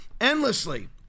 endlessly